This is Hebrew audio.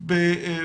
ברמה